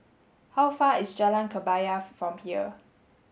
how far away is Jalan Kebaya from here